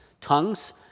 tongues